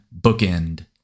Bookend